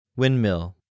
Windmill